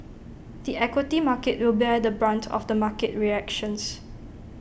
the equity market will bear the brunt of the market reactions